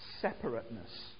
separateness